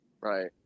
Right